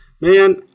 man